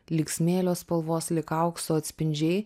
lyg smėlio spalvos lyg aukso atspindžiai